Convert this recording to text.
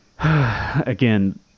again